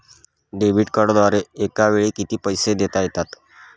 Debit कार्डद्वारे एकावेळी किती पैसे देता येतात?